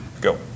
go